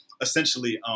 essentially